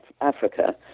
Africa